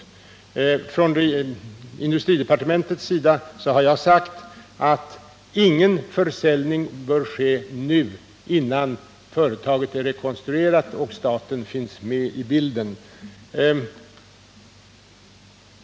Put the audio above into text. Jag har sagt att från industridepartementets sida sett bör ingen försäljning ske nu, innan företaget blivit rekonstruerat och staten finns med i bilden.